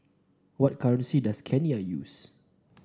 what currency does Kenya use